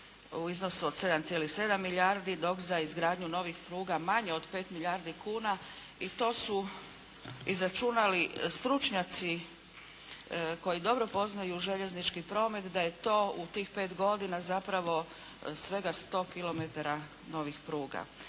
u iznosu od 7,7 milijardi dok za izgradnju novih pruga manje od 5 milijardi kuna i to su izračunali stručnjaci koji dobro poznaju željeznički promet da je to u tih pet godina zapravo svega 100 kilometara novih pruga.